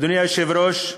אדוני היושב-ראש,